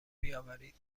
بیاورید